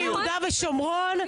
--- ביהודה ושומרון,